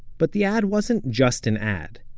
but the ad wasn't just an ad.